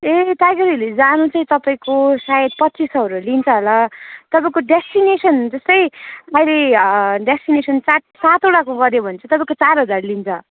ए Tiger Hill जानु चाहिँ तपाईँको सायद पच्चिस सौहरू लिन्छ होला तपाईँको डेस्टिनेसन जस्तै अहिले डेस्टिनेसन सात सातवटाको गऱ्यो भने तपाईँको चार हजार लिन्छ